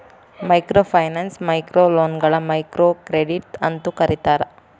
microfinance ಮೈಕ್ರೋಲೋನ್ಗಳ microcredit ಅಂತೂ ಕರೇತಾರ